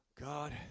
God